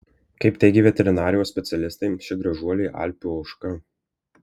kaip teigė veterinarijos specialistai ši gražuolė alpių ožka